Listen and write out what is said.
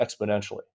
exponentially